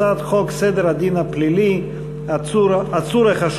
הצעת חוק סדר הדין הפלילי (עצור החשוד